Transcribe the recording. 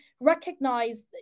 recognize